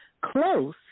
close